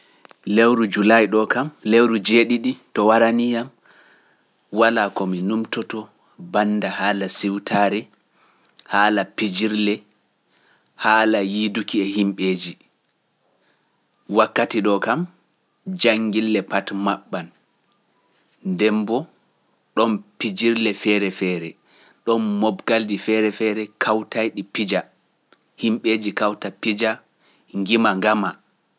Lewru Julaay ɗoo kam, lewru jeeɗiɗi to waranii yam, walaa ko mi nuumtotoo bannda haala siwtaare, haala pijirle, haala yiiduki e himɓeeji. Wakkati ɗoo kam, janngille pat maɓɓan, nden boo ɗon pijirle feere-feere, ɗon mooɓgalji feere-feere kawtay-ɗi pija, himɓeeji kawta pija, ngima, ngama.